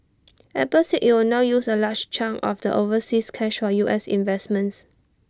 Apple said IT will now use A large chunk of the overseas cash for U S investments